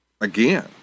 again